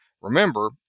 Remember